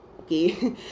okay